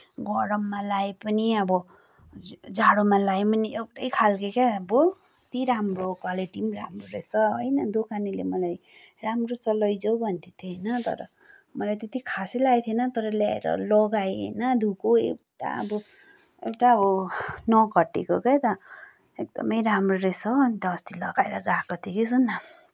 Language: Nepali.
गरममा लगाए पनि अब जाडोमा लगाए पनि एउटै खालको क्या अब कति राम्रो क्वालिटी पनि राम्रो रहेछ होइन दोकानेले मलाई राम्रो छ लैजाऊ भन्दै थियो होइन तर मलाई त्यति खासै लागेको थिएन तर ल्याएर लगाएँ होइन धोएको एउटा अब एउटा हो नघटेको क्या त एकदमै राम्रो रहेछ अन्त अस्ति लगाएर गएको थिएँ कि सुन् न